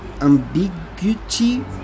ambiguity